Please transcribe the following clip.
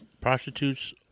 prostitutes